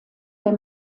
der